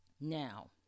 now